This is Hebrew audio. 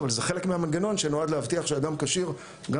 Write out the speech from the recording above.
אבל זה חלק מהמנגנון שנועד להבטיח שהאדם כשיר גם